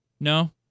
No